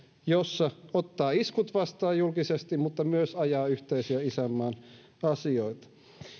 jossa ottaa iskut vastaan julkisesti mutta myös ajaa yhteisiä isänmaan asioita